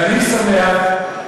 ואני שמח,